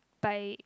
by